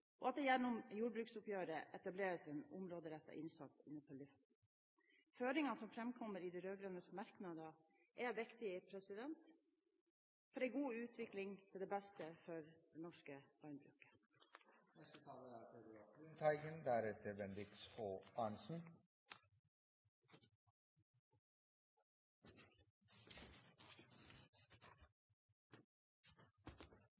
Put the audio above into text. og at det gjennom jordbruksoppgjøret etableres en områderettet innsats innenfor LUF, Landbrukets utviklingsfond. Føringene som framkommer i de rød-grønnes merknader, er viktige for en god utvikling til beste for det norske